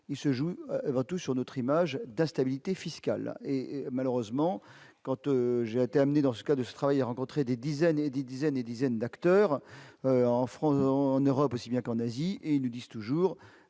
il se joue tout sur notre image d'instabilité fiscale et malheureusement, quand j'ai été amené, dans ce cas de ce travail, a rencontré des dizaines et des dizaines et dizaines d'acteurs en France et en Europe aussi bien qu'en Asie et 10 : toujours